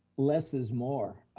less is more.